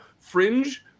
Fringe